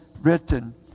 written